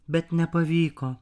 bet nepavyko